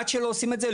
עד שלא עושים את זה,